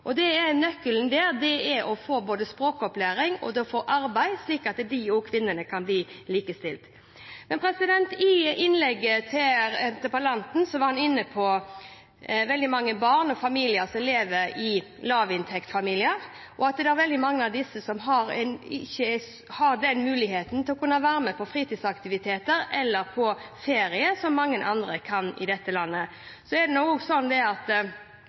innvandrerkvinner og likestilling. Nøkkelen her er å få til både språkopplæring og arbeid, slik at også disse kvinnene kan bli likestilt. Men interpellanten var i sitt innlegg inne på at veldig mange barn lever i familier med lav inntekt, og at veldig mange av disse ikke har muligheten til å være med på fritidsaktiviteter eller på ferie, slik mange andre i dette landet kan. Mange tror nok også at alle reiser til Syden. Det gjør de ikke, og vi har denne sommeren vært veldig heldig og hatt veldig fint vær, slik at det